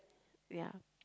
ya